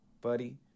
buddy